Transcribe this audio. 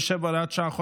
שעה,